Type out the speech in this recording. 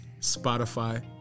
Spotify